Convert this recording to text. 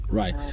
right